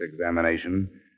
examination